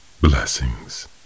Blessings